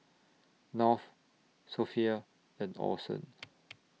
North Sophia and Orson